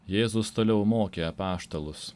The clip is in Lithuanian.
jėzus toliau mokė apaštalus